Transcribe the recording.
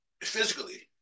physically